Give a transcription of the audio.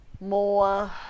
more